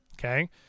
okay